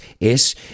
es